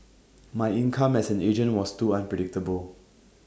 my income as an agent was too unpredictable